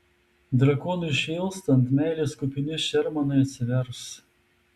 drakonui šėlstant meilės kupini šermanai atsivers